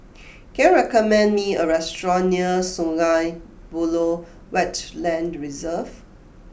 can you recommend me a restaurant near Sungei Buloh Wetland Reserve